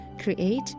create